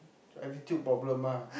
attitude problem ah